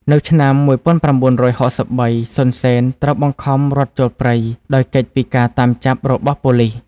នៅឆ្នាំ១៩៦៣ សុន សេន ត្រូវបង្ខំរត់ចូលព្រៃ ដោយគេចពីការតាមចាប់របស់ប៉ូលិស ។